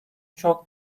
çok